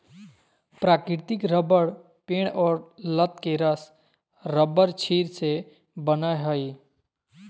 प्राकृतिक रबर पेड़ और लत के रस रबरक्षीर से बनय हइ